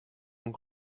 und